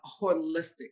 holistic